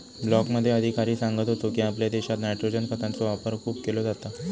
ब्लॉकमध्ये अधिकारी सांगत होतो की, आपल्या देशात नायट्रोजन खतांचो वापर खूप केलो जाता